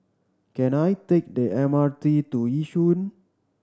can I take the M R T to Yishun